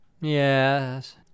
Yes